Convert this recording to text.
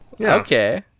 okay